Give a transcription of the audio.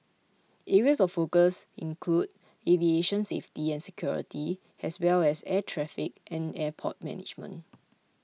areas of focus include aviation safety and security as well as air traffic and airport management